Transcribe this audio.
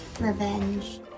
Revenge